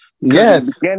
Yes